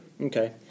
Okay